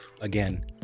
again